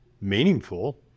meaningful